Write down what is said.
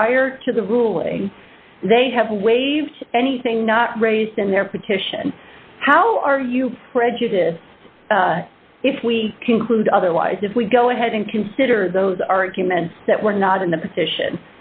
prior to the ruling they have waived anything not raised in their petition how are you prejudice if we conclude otherwise if we go ahead and consider those arguments that we're not in the position